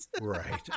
Right